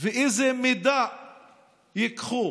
איזה מידע ייקחו?